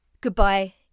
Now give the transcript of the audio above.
Goodbye